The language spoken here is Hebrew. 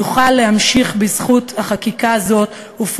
יוכל להמשיך בזכות החקיקה הזו ובזכות